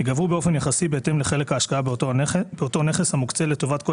ייגבו באופן יחסי בהתאם לחלק ההשקעה באותו נכס המוקצה לטובת כל